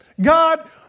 God